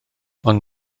ond